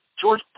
George